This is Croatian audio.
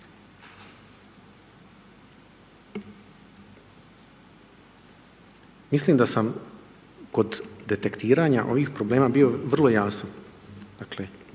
Mislim da sam kod detektiranja ovih problema bio vrlo jasan.